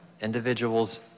individuals